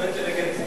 מבחינה אינטליגנטית.